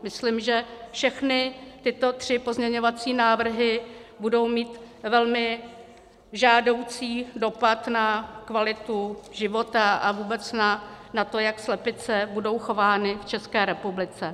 Myslím, že všechny tyto tři pozměňovací návrhy budou mít velmi žádoucí dopad na kvalitu života a vůbec na to, jak slepice budou v České republice chovány.